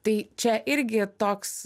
tai čia irgi toks